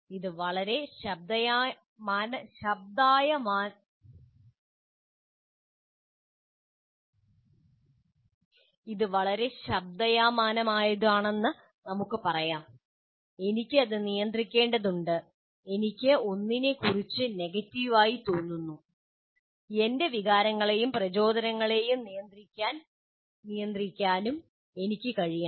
ഇത് വളരെ ശബ്ദായമാനമായതാണെന്ന് നമുക്ക് പറയാം എനിക്ക് അത് നിയന്ത്രിക്കേണ്ടതുണ്ട് എനിക്ക് ഒന്നിനെക്കുറിച്ച് നെഗറ്റീവായി തോന്നുന്നു എന്റെ വികാരങ്ങളെയും പ്രചോദനങ്ങളെയും നിയന്ത്രിക്കാനും എനിക്ക് കഴിയണം